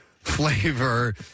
flavor